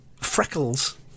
freckles